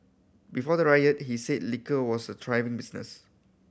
before the riot he said liquor was a thriving business